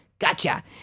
Gotcha